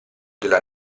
della